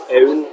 own